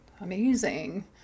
amazing